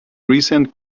recent